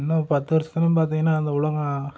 இன்னும் பத்து வருசத்தில் பார்த்திங்கனா இந்த உலகம்